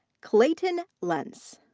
kleyton lentz.